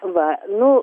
va nu